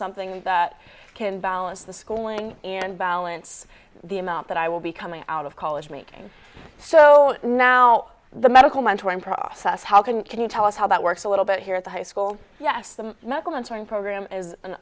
something that can balance the schooling and balance the amount that i will be coming out of college making so now the medical mental and process how can can you tell us how that works a little bit here at the high school yes the medical mentoring program is an